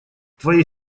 твоей